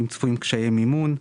האם צפויים קשיי מימון?